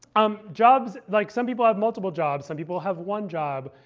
um jobs like some people have multiple jobs. some people have one job.